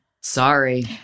Sorry